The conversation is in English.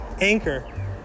anchor